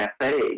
cafe